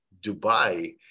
Dubai